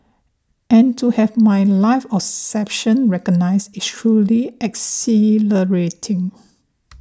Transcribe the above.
and to have my life's recognised is truly exhilarating